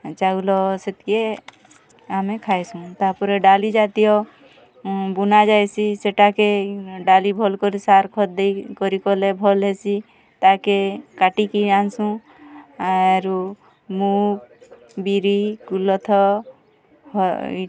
ଚାଉଲ ସେତ୍କିକେ ଆମେ ଖାଇସୁଁ ତାପରେ ଡାଲିଜାତୀୟ ବୁନା ଯାଇସି ସେଟାକେ ଇ ଡାଲି ଭଲ୍ କରି ସାର୍ ଖତ୍ ଦେଇ କରି କଲେ ଭଲ୍ ହେସି ତାକେ କାଟିକି ଆନ୍ସୁଁ ଆରୁ ମୁଗ୍ ବିରି କୁଲଥ